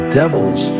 devils